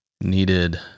needed